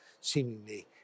seemingly